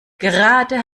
gerade